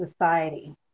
society